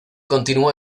continuó